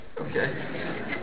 Okay